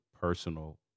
personal